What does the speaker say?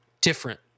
different